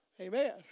Amen